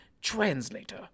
translator